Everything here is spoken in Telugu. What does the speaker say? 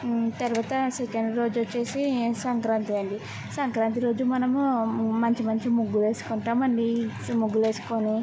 తర్వాత సెకండ్ రోజు వచ్చేసి సంక్రాంతి అండి సంక్రాంతి రోజు మనమూ మంచి మంచి ముగ్గులు వేసుకుంటామండి సీ ముగ్గులు వేసుకొని